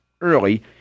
Early